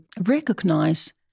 recognize